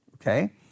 Okay